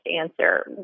answer